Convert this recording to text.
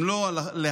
אם לא להלכה,